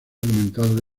comentado